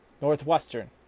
Northwestern